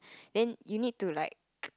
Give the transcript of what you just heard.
then you need to like